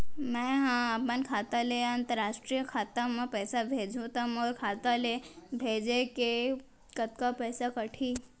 मै ह अपन खाता ले, अंतरराष्ट्रीय खाता मा पइसा भेजहु त मोर खाता ले, भेजे के कतका पइसा कटही?